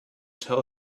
tell